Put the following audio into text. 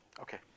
Okay